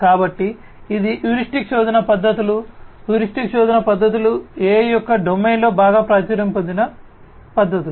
కాబట్టి ఇవి హ్యూరిస్టిక్ శోధన పద్ధతులు హ్యూరిస్టిక్స్ శోధన పద్ధతులు AI యొక్క డొమైన్లో బాగా ప్రాచుర్యం పొందిన శోధన పద్ధతులు